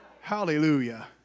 Hallelujah